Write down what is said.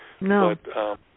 No